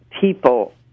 people